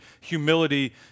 humility